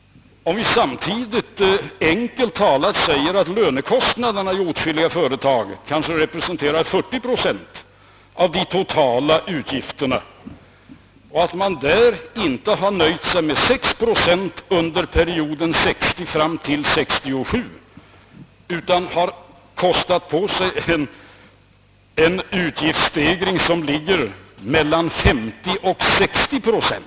Låt oss samtidigt anta att lönekostnaderna i åtskilliga företag representerar 40 procent av de totala kostnaderna och ått man därvidlag inte har nöjt sig med 6 procent under perioden 1960—1967 utan har kostat på sig en utgiftsstegring som ligger mellan 50 och 60 procent!